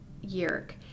Yerk